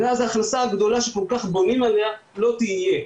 ואז ההכנסה הגדולה שכל כך בונים עליה לא תהיה.